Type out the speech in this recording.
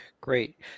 Great